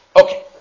Okay